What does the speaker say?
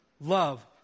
love